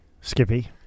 Skippy